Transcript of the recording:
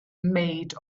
made